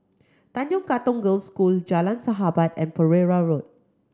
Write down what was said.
Tanjong Katong Girls' School Jalan Sahabat and Pereira Road